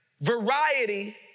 variety